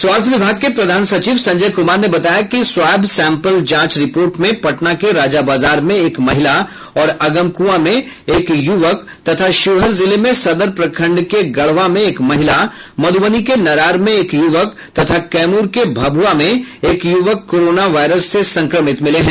स्वास्थ्य विभाग के प्रधान सचिव संजय कुमार ने बताया कि स्वाब सैंपल जांच रिपोर्ट में पटना के राजाबाजार में एक महिला और अगमकुआं में एक युवक तथा शिवहर जिले में सदर प्रखंड के गढ़वा में एक महिला मध्रबनी के नरार में एक युवक तथा कैमूर के भभुआ में एक युवक कोरोना वायरस से संक्रमित मिले हैं